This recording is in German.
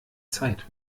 zeit